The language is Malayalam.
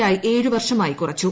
ഐ ഏഴു വർഷമായി കുറച്ചു